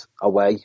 away